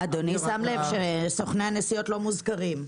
אדוני שם לב שסוכני הנסיעות לא מוזכרים.